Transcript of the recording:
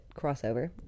crossover